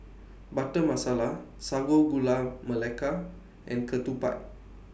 Butter Masala Sago Gula Melaka and Ketupat